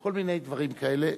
כל מיני דברים כאלה.